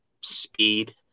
speed